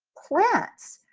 plants.